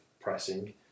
pressing